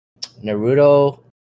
Naruto